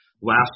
last